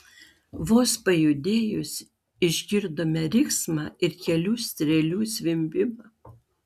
vos pajudėjus išgirdome riksmą ir kelių strėlių zvimbimą